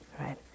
right